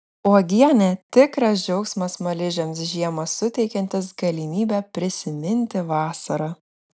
uogienė tikras džiaugsmas smaližiams žiemą suteikiantis galimybę prisiminti vasarą